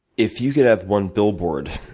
if you could have one billboard,